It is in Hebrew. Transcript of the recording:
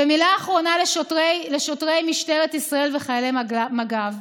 ומילה אחרונה לשוטרי משטרת ישראל וחיילי מג"ב.